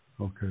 okay